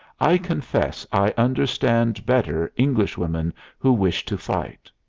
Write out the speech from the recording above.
i confess i understand better englishwomen who wish to fight.